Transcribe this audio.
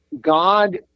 God